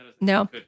No